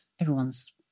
everyone's